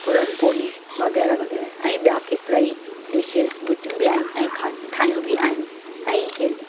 पूरनि पोली वग़ैरह वग़ैरह ऐं ॿिया केतिराई ॾिशिश ॿुधियूं बि आहिनि ऐं खा ठाहियूं बि आहिनि ऐं इहे